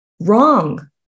Wrong